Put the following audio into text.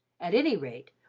at any rate,